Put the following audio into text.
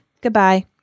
goodbye